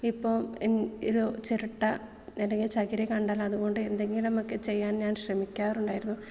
ഇപ്പോൾ ഇത് ചിരട്ട അല്ലെങ്കിൽ ചകിരി കണ്ടാൽ അതുകൊണ്ട് എന്തെങ്കിലുമൊക്കെ ചെയ്യാൻ ഞാൻ ശ്രമിക്കാറുണ്ടായിരുന്നു